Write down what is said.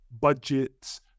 budgets